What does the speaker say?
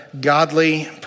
godly